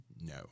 No